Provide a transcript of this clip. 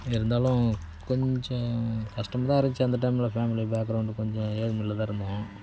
இருந்தாலும் கொஞ்சம் கஷ்டமாக தான் இருந்துச்சு அந்த டைமில் ஃபேமிலி பேக்ரவுண்ட் கொஞ்சம் ஏழ்மையில் தான் இருந்தோம்